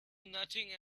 nothing